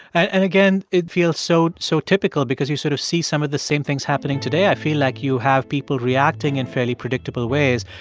and again, it feels so so typical because you sort of see some of the same things happening today. i feel like you have people reacting in fairly predictable ways,